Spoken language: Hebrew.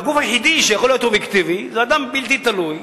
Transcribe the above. והגוף היחיד שיכול להיות אובייקטיבי זה אדם בלתי תלוי,